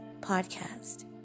podcast